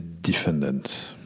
defendant